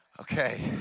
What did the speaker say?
Okay